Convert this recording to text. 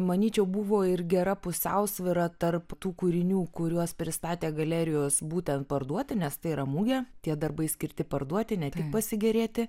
manyčiau buvo ir gera pusiausvyra tarp tų kūrinių kuriuos pristatė galerijos būtent parduoti nes tai yra mugė tie darbai skirti parduoti ne tik pasigėrėti